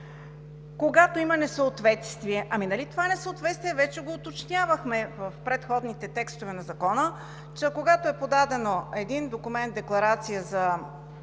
това несъответствие вече го уточнявахме в предходните текстове на Закона, че когато е подаден документ, декларация за